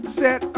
set